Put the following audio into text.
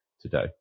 today